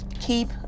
keep